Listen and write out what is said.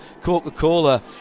coca-cola